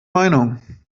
meinung